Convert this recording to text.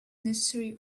necessary